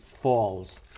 falls